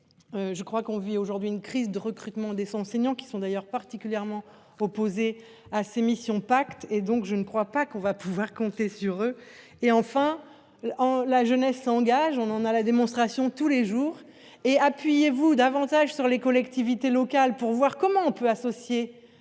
Nous vivons aujourd'hui une crise de recrutement des enseignants, qui sont d'ailleurs particulièrement opposés à ces missions. Je ne crois donc pas que nous pourrons compter sur eux. Enfin, la jeunesse s'engage ; nous en avons la démonstration tous les jours. Appuyez-vous davantage sur les collectivités locales, pour voir comment on peut associer